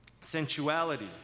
sensuality